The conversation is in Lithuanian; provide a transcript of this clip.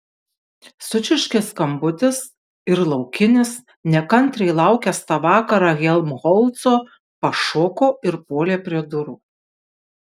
sučirškė skambutis ir laukinis nekantriai laukęs tą vakarą helmholco pašoko ir puolė prie durų